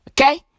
okay